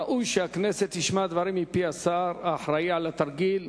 ראוי שהכנסת תשמע דברים מפי השר האחראי על התרגיל,